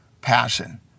passion